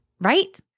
right